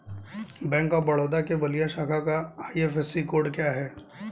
Bank of Baroda के बलिया शाखा का आई.एफ.एस.सी कोड क्या है?